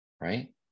right